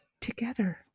together